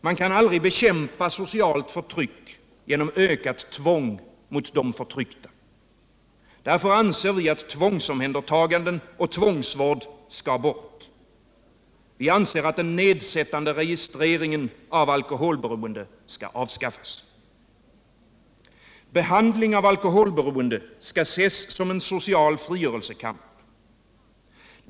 Man kan aldrig bekämpa socialt förtryck genom ökat tvång mot de förtryckta. Därför anser vi att tvångsomhändertaganden och tvångsvård skall bort. Den nedsättande registreringen av alkoholberoende skall avskaffas. Behandling av alkoholberoende skall ses som en social frigörelsekamp.